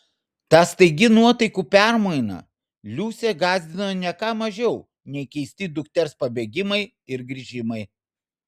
ta staigi nuotaikų permaina liusę gąsdino ne ką mažiau nei keisti dukters pabėgimai ir grįžimai